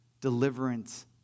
deliverance